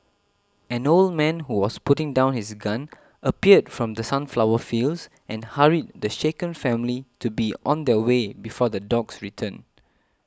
an old man who was putting down his gun appeared from the sunflower fields and hurried the shaken family to be on their way before the dogs return